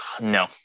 no